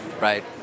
Right